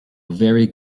very